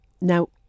now